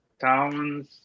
Towns